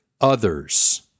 others